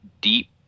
deep